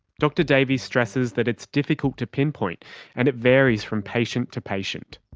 dr davies stresses that it's difficult to pinpoint and it varies from patient to patient.